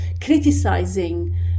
criticizing